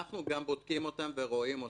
אנחנו גם בודקים אותם ורואים אותם.